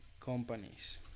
companies